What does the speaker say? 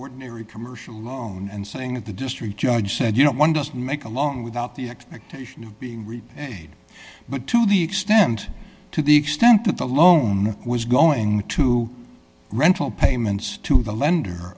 ordinary commercial loan and saying that the district judge said you know one doesn't make a loan without the expectation of being repaid but to the extent to the extent that the loan was going to rental payments to the lender or